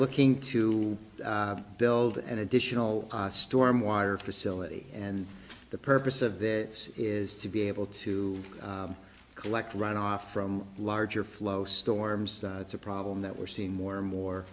looking to build an additional storm water facility and the purpose of that is to be able to collect runoff from larger flow storms it's a problem that we're seeing more and more